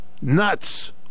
nuts